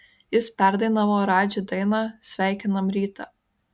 jis perdainavo radži dainą sveikinam rytą